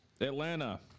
Atlanta